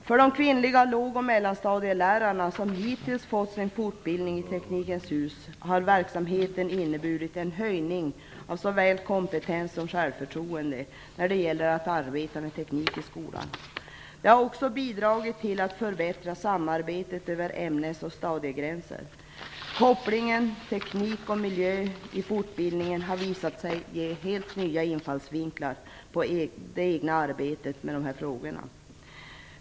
För de kvinnliga låg och mellanstadielärarna som hittills fått sin fortbildning i Teknikens hus har verksamheten inneburit en höjning av såväl kompetens som självförtroende när det gäller att arbeta med teknik i skolan. Det har också bidragit till att förbättra samarbetet över ämnes och stadiegränser. Kopplingen teknik och miljö i fortbildningen har visat sig ge helt nya infallsvinklar på det egna arbetet.